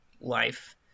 life